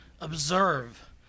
observe